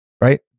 right